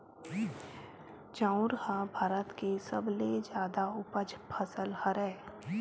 चाँउर ह भारत के सबले जादा उपज फसल हरय